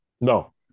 No